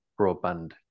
broadband